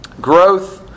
growth